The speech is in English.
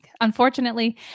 unfortunately